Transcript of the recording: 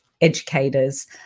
educators